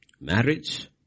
marriage